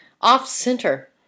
Off-center